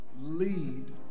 lead